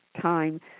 time